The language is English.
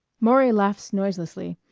maury laughs noiselessly,